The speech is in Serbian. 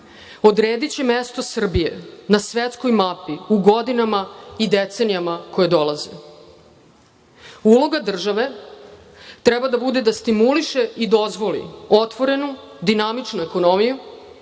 odrediće mesto Srbije na svetskoj mafiji u godinama i decenijama koje dolaze. Uloga države treba da bude da stimuliše i dozvoli otvorenu, dinamičnu ekonomiju,